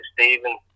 Stephen